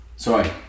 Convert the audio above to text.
Sorry